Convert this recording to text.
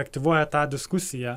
aktyvuoja tą diskusiją